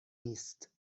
نیست